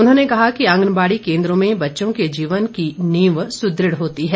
उन्होंने कहा कि आंगनबाड़ी केंद्रों मे बच्चों के जीवन की नींव सुदृढ़ होती है